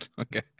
Okay